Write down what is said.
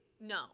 No